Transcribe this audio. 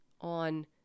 on